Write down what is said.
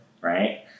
Right